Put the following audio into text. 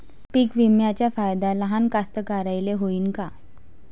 पीक विम्याचा फायदा लहान कास्तकाराइले होईन का?